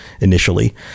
initially